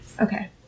Okay